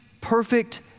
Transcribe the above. perfect